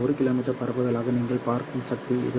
me பரப்புதலுக்காக நீங்கள் பார்க்கும் சக்தி இதுதானா